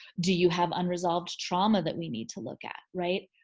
do you have unresolved trauma that we need to look at, right?